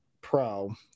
Pro